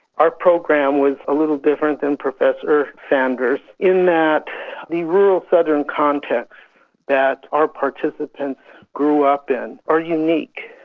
our program was a little different than professor sanders' in that the rural southern context that our participants grew up in are unique,